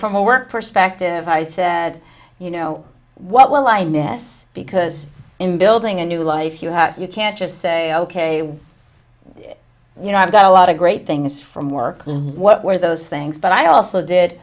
from a work perspective i said you know what will i miss because in building a new life you have you can't just say ok you know i've got a lot of great things from work what were those things but i also did